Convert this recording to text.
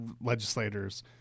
legislators